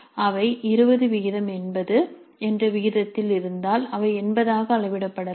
அவை 2080 C I E S E E என்ற விகிதத்தில் இருந்தால் அவை 80 ஆக அளவிடப்படலாம்